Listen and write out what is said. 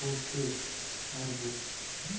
করতে পারবো?